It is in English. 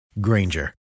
Granger